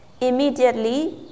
immediately